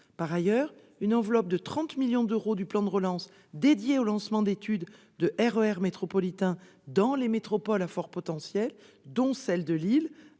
Par ailleurs, une enveloppe de 30 millions d'euros a été dédiée, dans le plan de relance, au lancement d'études de RER métropolitains dans les métropoles à fort potentiel, dont celle de Lille